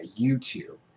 YouTube